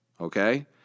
Okay